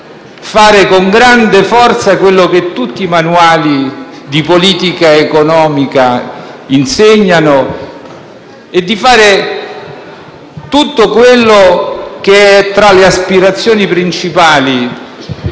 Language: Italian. fare con grande forza ciò che tutti i manuali di politica economica insegnano e tutto ciò che è tra le aspirazioni principali